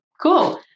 Cool